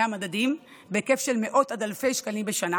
המדדים בהיקף של מאות עד אלפי שקלים בשנה,